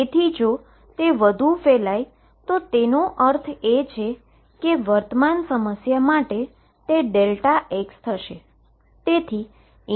તેથી જો તે વધુ ફેલાયતો તેનો અર્થ એ કે વર્તમાન સમસ્યા માટે તે Δx થશે